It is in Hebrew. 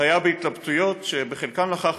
היו התלבטויות, שבחלקן נכחתי,